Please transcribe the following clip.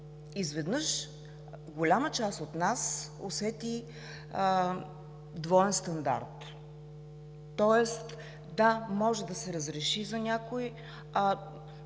изведнъж голяма част от нас усетиха двоен стандарт, тоест да може да се разреши за някои,